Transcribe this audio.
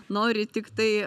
nori tiktai